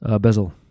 bezel